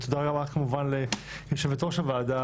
תודה רבה כמובן ליושבת ראש הוועדה